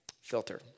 filter